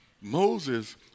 Moses